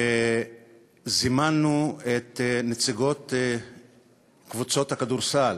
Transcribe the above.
וזימנו את נציגות קבוצות הכדורסל